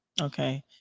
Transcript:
okay